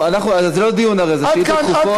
זה לא דיון, הרי, זה שאילתות דחופות.